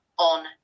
on